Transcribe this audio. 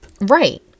Right